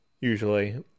Usually